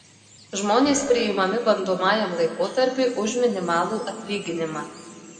žmonės priimami bandomajam laikotarpiui už minimalų atlyginimą